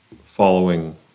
following